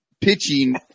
pitching